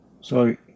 sorry